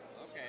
Okay